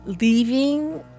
leaving